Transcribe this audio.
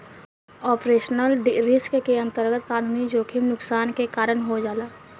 operational risk के अंतरगत कानूनी जोखिम नुकसान के कारन हो जाला